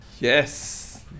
Yes